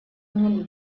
мне